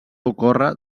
ocórrer